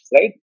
right